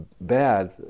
bad